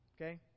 Okay